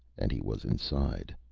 and he was inside.